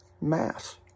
Mass